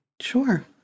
Sure